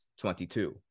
22